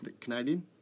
Canadian